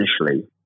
initially